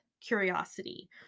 curiosity